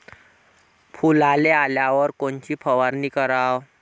फुलाले आल्यावर कोनची फवारनी कराव?